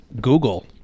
Google